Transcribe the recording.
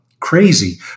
Crazy